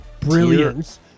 brilliance